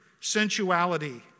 sensuality